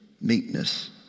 meekness